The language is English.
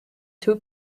two